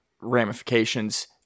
ramifications